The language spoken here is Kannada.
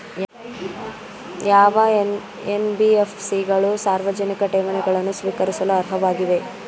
ಯಾವ ಎನ್.ಬಿ.ಎಫ್.ಸಿ ಗಳು ಸಾರ್ವಜನಿಕ ಠೇವಣಿಗಳನ್ನು ಸ್ವೀಕರಿಸಲು ಅರ್ಹವಾಗಿವೆ?